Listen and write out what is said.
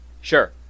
Sure